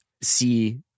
see